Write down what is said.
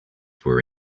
were